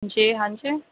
جی ہاں جی